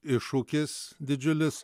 iššūkis didžiulis